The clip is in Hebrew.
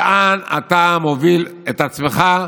לאן אתה מוביל את עצמך?